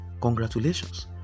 Congratulations